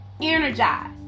energize